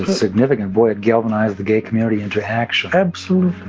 significant boy, it galvanized the gay community into action absolutely